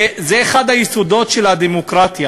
זה אחד היסודות של הדמוקרטיה,